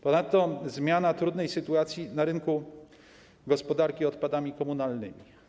Ponadto zmiana trudnej sytuacji na rynku gospodarki odpadami komunalnymi.